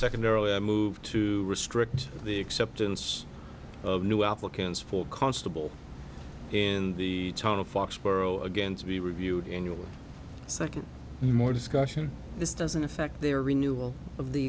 secondarily a move to restrict the acceptance of new applicants for constable in the town of foxborough again to be reviewed annually second and more discussion this doesn't affect their renewal of the